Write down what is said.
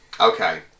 Okay